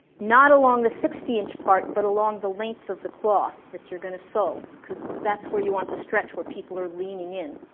not along the sixty inch part but along the length of the cloth that you're gonna sew because that's where you want the stretch, where people are leaning in